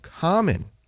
common